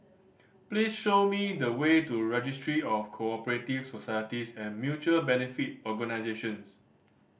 please show me the way to Registry of Co Operative Societies and Mutual Benefit Organisations